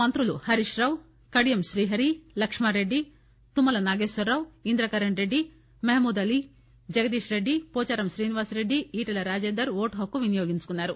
మంత్రులు హరీష్రావు కడియం శ్రీహరి లక్మారెడ్డి తుమ్మల నాగేశ్వరరావు ఇంద్రకరణ్రెడ్డి మహమూద్ అలీ జగదీష్రెడ్డి ఏోదారం శ్రీనివాస రెడ్డి ఈటెల రాజేందర్ ఓటు హక్కు వినియోగించుకున్నారు